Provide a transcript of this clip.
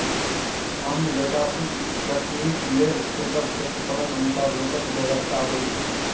अन्न जजाति कटनीक लेल खेतक क्षेत्रफलक अनुसार लोकक बेगरता होइत छै